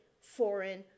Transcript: foreign